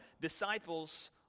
disciples